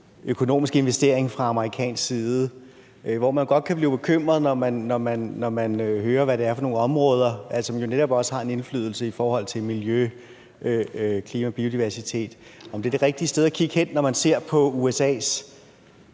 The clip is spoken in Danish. økonomiske investering fra amerikansk side, hvor man godt kan blive bekymret – når man hører, hvad det er for nogle områder, som jo netop også har en indflydelse på miljø, klima og biodiversitet – over, om det er det rigtige sted at kigge hen, når man ser på USA's